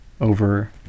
over